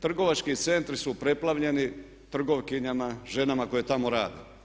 Trgovački centri su preplavljeni trgovkinjama, ženama koje tamo rade.